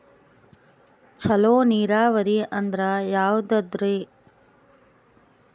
ಚಲೋ ನೀರಾವರಿ ಅಂದ್ರ ಯಾವದದರಿ?